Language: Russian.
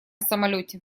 самолёте